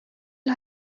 you